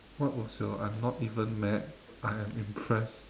what was your I'm not even mad I am impressed